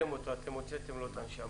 קודם כל,